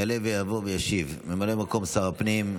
יעלה ויבוא וישיב ממלא מקום שר הפנים,